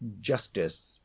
Justice